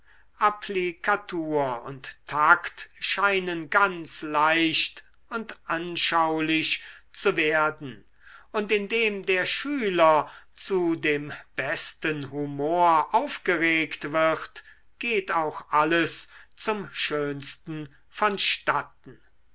applikatur und takt scheinen ganz leicht und anschaulich zu werden und indem der schüler zu dem besten humor aufgeregt wird geht auch alles zum schönsten vonstatten